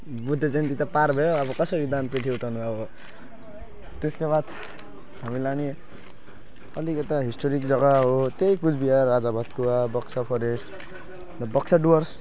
बुद्ध जयन्ती त पार भयो अब कसरी दानपेटी उठाउनु अब त्यसको बाद हामीलाई पनि नि अलिक यता हिस्टोरिक जग्गा हो त्यही कुचबिहार राजाभातखावा बक्सा फरेस्ट र बक्सा डुवर्स